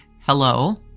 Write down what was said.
hello